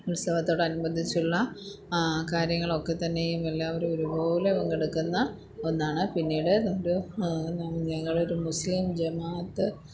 ഉത്സവത്തോടനുബന്ധിച്ചുള്ള കാര്യങ്ങളൊക്കത്തന്നെയും എല്ലാവരും ഒരുപോലെ പങ്കെടുക്കുന്ന ഒന്നാണ് പിന്നീട് നമുക്ക് ഞങ്ങളൊരു മുസ്ലിം ജുമാമത്